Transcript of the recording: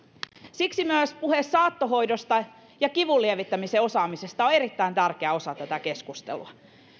siksi myös puhe saattohoidosta ja kivun lievittämisen osaamisesta on erittäin tärkeä osa tätä keskustelua